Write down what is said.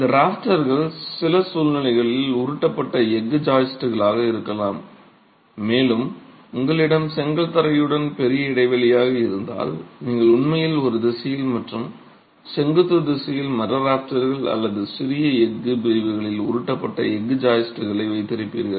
இந்த ராஃப்டர்கள் சில சூழ்நிலைகளில் உருட்டப்பட்ட எஃகு ஜாயிஸ்ட்களாக இருக்கலாம் மேலும் உங்களிடம் செங்கல் தரையுடன் பெரிய இடைவெளிகள் இருந்தால் நீங்கள் உண்மையில் ஒரு திசையில் மற்றும் செங்குத்து திசையில் மர ராஃப்டர்கள் அல்லது சிறிய எஃகுப் பிரிவுகளில் உருட்டப்பட்ட எஃகு ஜாயிஸ்ட்களை வைத்திருப்பீர்கள்